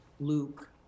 luke